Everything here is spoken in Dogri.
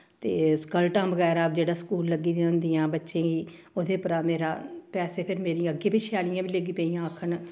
ते स्कलटां बगैरा जेह्ड़ा स्कूल लग्गी दियां होंदियां बच्चें ई ओह्दे परा मेरा बैसे फिर मेरी अग्गें पिच्छें आह्लियां बी लगी पेइयां आखन